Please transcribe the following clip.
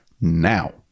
now